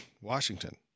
Washington